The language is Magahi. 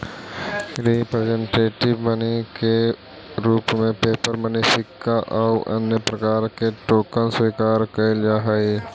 रिप्रेजेंटेटिव मनी के रूप में पेपर मनी सिक्का आउ अन्य प्रकार के टोकन स्वीकार कैल जा हई